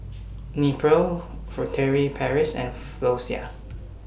Nepro Furtere Paris and Floxia